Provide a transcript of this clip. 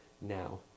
now